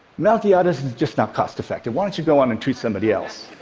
melquiades but is just not cost-effective. why don't you go on and treat somebody else?